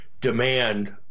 demand